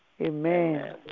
Amen